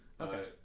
Okay